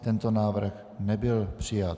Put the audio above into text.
Tento návrh nebyl přijat.